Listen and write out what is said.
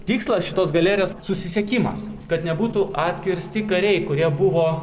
tikslas šitos galerijos susisiekimas kad nebūtų atkirsti kariai kurie buvo